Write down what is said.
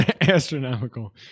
astronomical